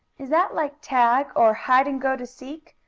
is that like tag, or hide-and-go-to-seek?